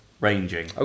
ranging